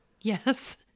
Yes